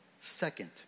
second